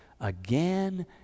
again